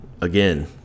again